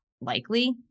likely